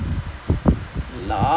seven last page seventeen